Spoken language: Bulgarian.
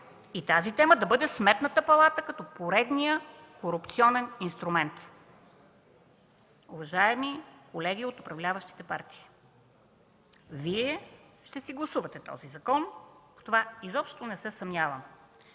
и тази тема да бъде Сметната палата като поредния корупционен инструмент. Уважаеми колеги от управляващите партии, Вие ще си гласувате този закон, в това изобщо не се съмнявам.